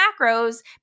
macros